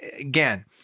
again